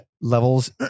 levels